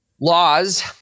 laws